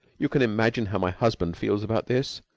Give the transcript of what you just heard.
you can imagine how my husband feels about this.